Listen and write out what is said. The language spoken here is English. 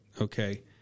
okay